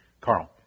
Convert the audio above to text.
Carl